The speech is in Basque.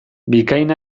bikain